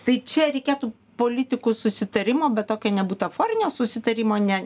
tai čia reikėtų politikų susitarimo bet tokio ne butaforinio susitarimo ne